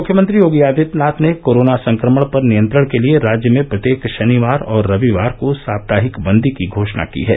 मुख्यमंत्री योगी आदित्यनाथ ने कोरोना संक्रमण पर नियंत्रण के लिए राज्य में प्रत्येक शनिवार और रविवार को साप्ताहिक बंदी की घोषणा की है